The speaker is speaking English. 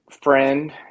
friend